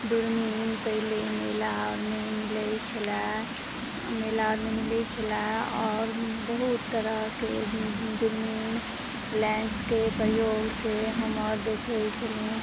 दुरबीन पहिले मेला आरमे मिलै छलए मेला आरमे मिलै छलए आओर बहुत तरहके दुरबीन लैंसके प्रयोग से हम देखै छलौँ